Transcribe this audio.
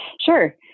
Sure